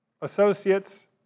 associates